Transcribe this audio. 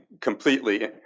completely